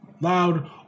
loud